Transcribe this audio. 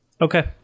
Okay